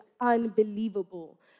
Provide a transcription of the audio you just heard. unbelievable